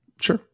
Sure